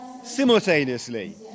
simultaneously